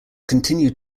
continued